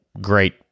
great